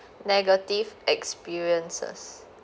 negative experiences